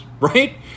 right